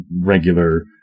regular